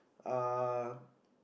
um